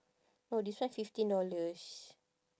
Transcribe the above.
no this one fifteen dollars